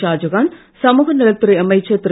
ஷாஜஹான் சமூகநலத் துறை அமைச்சர் திரு